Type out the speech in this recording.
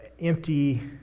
empty